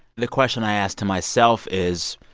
the question i ask to myself is,